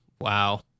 wow